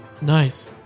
Nice